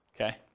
okay